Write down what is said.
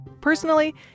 Personally